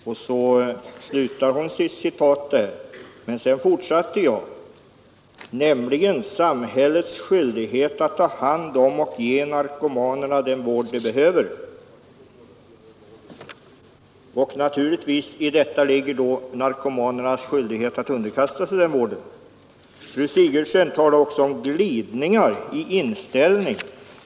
Där slutar hon sitt citat, men jag fortsatte: ”nämligen samhällets skyldighet att ta hand om och ge narkomanerna den vård de behöver”. I detta ligger då narkomanernas skyldighet att underkasta sig denna vård. Fru Sigurdsen talar också om glidningar i inställning.